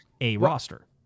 A-roster